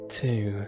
two